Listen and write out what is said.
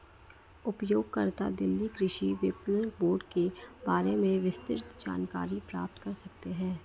उपयोगकर्ता दिल्ली कृषि विपणन बोर्ड के बारे में विस्तृत जानकारी प्राप्त कर सकते है